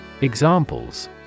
Examples